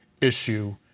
issue